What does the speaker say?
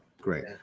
Great